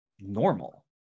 normal